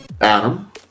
Adam